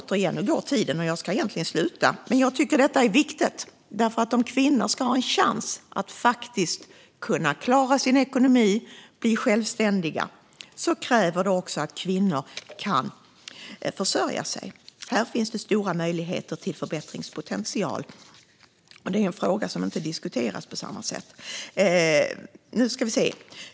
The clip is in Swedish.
Tiden går, och jag ska egentligen sluta. Men jag tycker att detta är viktigt, för om kvinnor ska ha en chans att faktiskt klara sin ekonomi och bli självständiga krävs det att kvinnor kan försörja sig. Här finns en stor förbättringspotential, och det är en fråga som inte diskuteras på samma sätt.